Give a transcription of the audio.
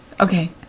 Okay